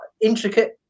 intricate